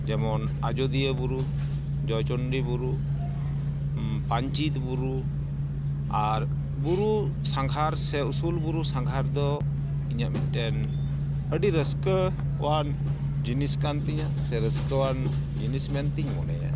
ᱡᱮᱢᱚᱱ ᱟᱡᱚᱫᱤᱭᱟᱹ ᱵᱩᱨᱩ ᱡᱚᱭᱪᱚᱱᱰᱤ ᱵᱩᱨᱩ ᱯᱟᱧᱪᱤᱛ ᱵᱩᱨᱩ ᱟᱨ ᱵᱩᱨᱩ ᱥᱟᱸᱜᱷᱟᱨ ᱥᱮ ᱩᱥᱩᱞ ᱵᱩᱨᱩ ᱥᱟᱸᱜᱷᱟᱨ ᱫᱚ ᱤᱧᱟᱹᱜ ᱢᱤᱫᱴᱮᱱ ᱟᱹᱰᱤ ᱨᱟᱹᱥᱠᱟᱹᱣᱟᱱ ᱡᱤᱱᱤᱥ ᱠᱟᱱ ᱛᱤᱧᱟᱹ ᱥᱮ ᱨᱟᱹᱥᱠᱟᱹᱣᱟᱱ ᱡᱤᱱᱤᱥ ᱢᱮᱱᱛᱮᱧ ᱢᱚᱱᱮᱭᱟ